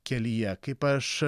kelyje kaip aš